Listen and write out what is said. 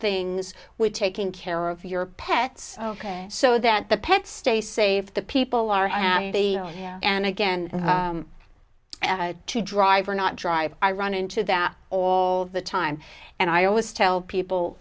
things with taking care of your pets ok so that the pets stay safe the people are happy and again to drive or not drive i run into them all the time and i always tell people